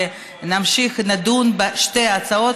כשנמשיך לדון בשתי ההצעות,